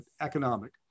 economic